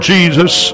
Jesus